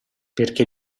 perché